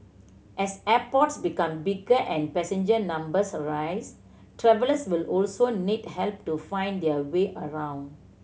as airports become bigger and passenger numbers rise travellers will also need help to find their way around